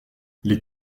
les